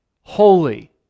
holy